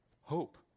Hope